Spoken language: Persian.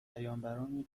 پیامبران